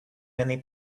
many